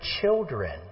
children